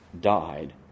died